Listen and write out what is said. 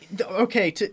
okay